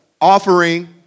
Offering